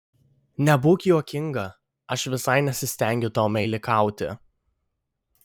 nebūk juokinga aš visai nesistengiu tau meilikauti